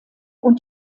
und